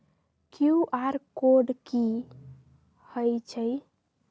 QR code कि हई छई?